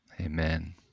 Amen